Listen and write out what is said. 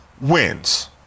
wins